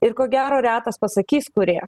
ir ko gero retas pasakys kurie